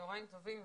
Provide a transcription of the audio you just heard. צוהריים טובים.